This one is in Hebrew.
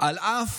אף